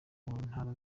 ntara